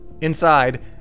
Inside